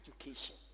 education